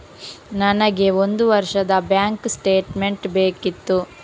ನನಗೆ ಒಂದು ವರ್ಷದ ಬ್ಯಾಂಕ್ ಸ್ಟೇಟ್ಮೆಂಟ್ ಬೇಕಿತ್ತು